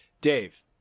Dave